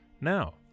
Now